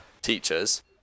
teachers